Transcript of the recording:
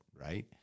Right